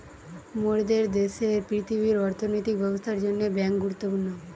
মোরদের দ্যাশের পৃথিবীর অর্থনৈতিক ব্যবস্থার জন্যে বেঙ্ক গুরুত্বপূর্ণ